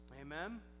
Amen